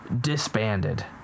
disbanded